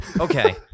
Okay